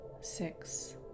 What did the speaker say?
Six